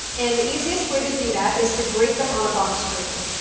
and the easiest way to do that is to grate them on a box grater.